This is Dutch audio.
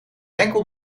enkel